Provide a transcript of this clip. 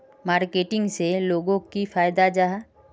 Marketing से लोगोक की फायदा जाहा?